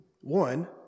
one